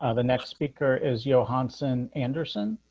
ah the next speaker is johansson anderson.